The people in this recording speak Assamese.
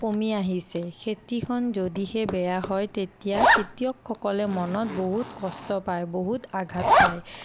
কমি আহিছে খেতিখন যদিহে বেয়া হয় তেতিয়া খেতিয়কসকলে মনত বহুত কষ্ট পায় বহুত আঘাত পায়